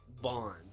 bond